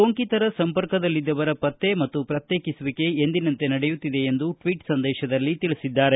ಸೋಂಕಿತರ ಸಂಪರ್ಕದಲ್ಲಿದ್ದವರ ಪತ್ತೆ ಮತ್ತು ಪ್ರತ್ಯೇಕಿಸುವಿಕೆ ಎಂದಿನಂತೆ ನಡೆಯುತ್ತಿದೆ ಎಂದು ಟ್ವೀಟ್ ಸಂದೇಶದಲ್ಲಿ ತಿಳಿಸಿದ್ದಾರೆ